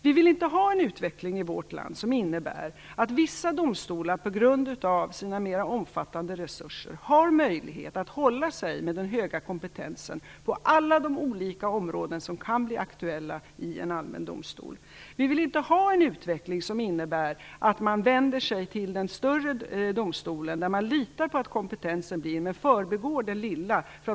Vi vill inte ha en utveckling i vårt land som innebär att vissa domstolar på grund av sina mer omfattande resurser har möjlighet att ha den höga kompetensen på alla de olika områden som kan bli aktuella i en allmän domstol. Vi vill inte ha en utveckling som innebär att man vänder sig till den större domstolen, där man litar på att kompetensen finns, och förbigår den lilla.